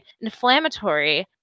inflammatory